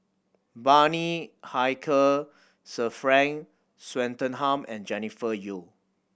Bani Haykal Sir Frank Swettenham and Jennifer Yeo